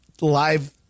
live